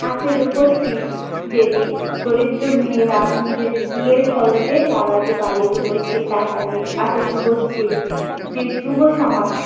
আছে রূপশ্রী যেটি দরিদ্র মেয়েরা নিজেদের বিয়ের খরচে লাগাতে পারে রূপশ্রীর টাকাটি আছে যুবশ্রী যে যুবসমাজ